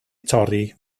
torri